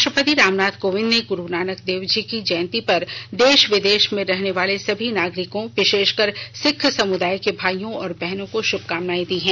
राष्ट्रपति रामनाथ कोविंद ने गुरु नानक देव जी की जयंती पर देश विदेश में रहने वाले सभी नागरिकों विशेषकर सिक्ख समुदाय के भाइयों और बहनों को श्भकामनाएं दी हैं